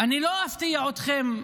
אני לא אפתיע אתכם,